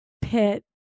pit